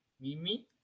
mimi